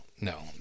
no